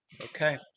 Okay